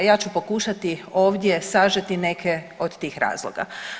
Ja ću pokušati ovdje sažeti neke od tih razloga.